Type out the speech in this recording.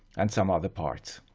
and some other parts.